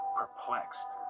perplexed